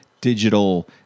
digital